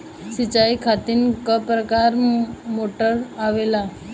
सिचाई खातीर क प्रकार मोटर आवेला?